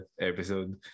episode